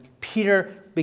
Peter